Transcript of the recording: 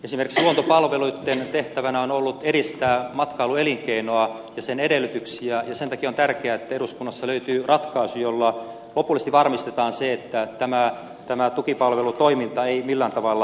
esimerkiksi luontopalveluitten tehtävänä on ollut edistää matkailuelinkeinoa ja sen edellytyksiä ja sen takia on tärkeää että eduskunnassa löytyy ratkaisu jolla lopullisesti varmistetaan se että tämä tukipalvelutoiminta ei millään tavalla vaarannu